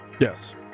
yes